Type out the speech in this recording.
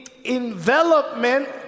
envelopment